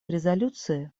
резолюции